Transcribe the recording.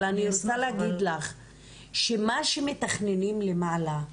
אבל אני רוצה להגיד לך שמה שמתכננים למעלה,